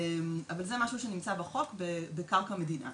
אבל זה משהו שנמצא בחוק ובקרקע מדינה.